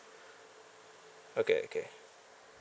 okay okay